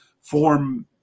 form